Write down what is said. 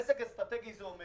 נזק אסטרטגי זה אומר